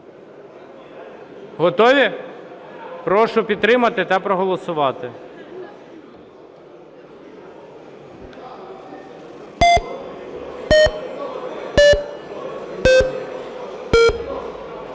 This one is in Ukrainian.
Готові? Прошу підтримати та проголосувати.